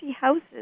houses